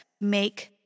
make